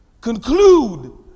conclude